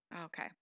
Okay